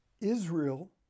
Israel